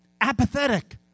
apathetic